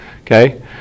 Okay